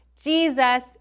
Jesus